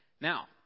Now